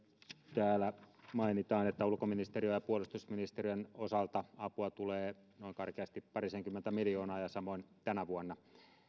täällä mainitaan että ulkoministeriön ja ja puolustusministeriön osalta apua tulee noin karkeasti parisenkymmentä miljoonaa ja samoin tänä vuonna